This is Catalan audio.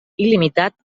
il·limitat